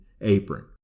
apron